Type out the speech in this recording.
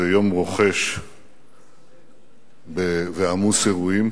זה יום רוחש ועמוס אירועים.